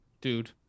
dude